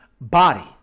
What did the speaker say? Body